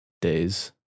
days